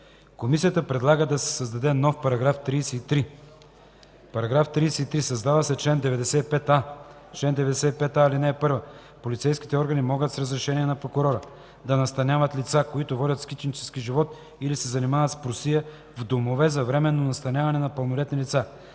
Комисията предлага да се създаде нов § 33: „§ 33. Създава се чл. 95а: „Чл. 95а. (1) Полицейските органи могат с разрешение на прокурора да настаняват лица, които водят скитнически живот или се занимават с просия, в домове за временно настаняване на пълнолетни лица.